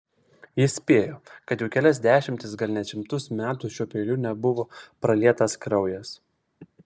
jis spėjo kad jau kelias dešimtis gal net šimtus metų šiuo peiliu nebuvo pralietas kraujas